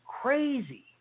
crazy